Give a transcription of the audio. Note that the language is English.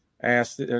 asked